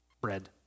bread